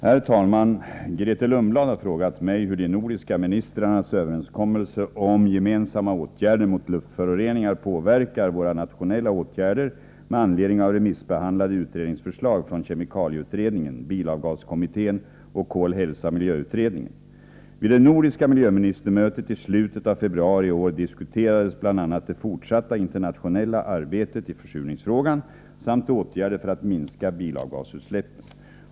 Herr talman! Grethe Lundblad har frågat mig hur de nordiska ministrarnas överenskommelse om gemensamma åtgärder mot luftföroreningar påverkar våra nationella åtgärder med anledning av remissbehandlade utredningsförslag från kemikalieutredningen, bilavgaskommittén och Kol-hälsa-miljöutredningen. Vid det nordiska miljöministermötet i slutet av februari i år diskuterades 147 bl.a. det fortsatta internationella arbetet i försurningsfrågan samt åtgärder för att minska bilavgasutsläppen.